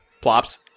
plops